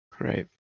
right